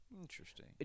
Interesting